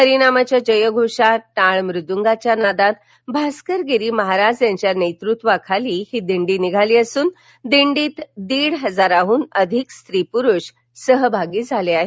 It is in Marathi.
हरी नामाच्या जयघोषात टाळ मुदगाच्या नादात भास्करगिरी महाराज यांच्या नेतृत्वाखाली ही दिंडी निघाली असून दिंडीत दीड हजारहुन अधिक स्त्री पुरुष सहभागी झाले आहेत